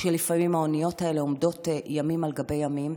כשלפעמים האוניות האלה עומדות ימים על גבי ימים.